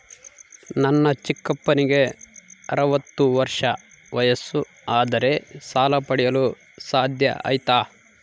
ನನ್ನ ಚಿಕ್ಕಪ್ಪನಿಗೆ ಅರವತ್ತು ವರ್ಷ ವಯಸ್ಸು ಆದರೆ ಸಾಲ ಪಡೆಯಲು ಸಾಧ್ಯ ಐತಾ?